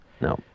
No